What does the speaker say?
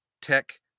tech